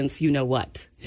you-know-what